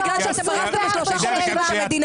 מגיעים בדם, יזע